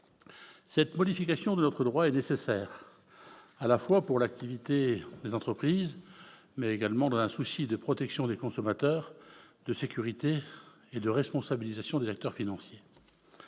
Cette modification de notre droit est nécessaire à la fois pour l'activité des entreprises, mais également dans un souci de protection des consommateurs, de sécurité et de responsabilisation des acteurs financiers.